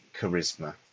charisma